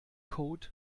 code